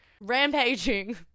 rampaging